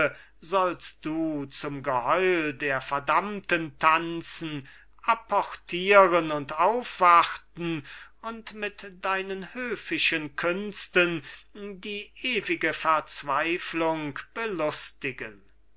sollst du zum geheul der verdammten tanzen apportieren und aufwarten und mit deinen höfischen künsten die ewige verzweiflung belustigen